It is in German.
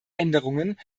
änderungen